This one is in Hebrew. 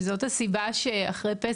זאת הסיבה שאחרי פסח,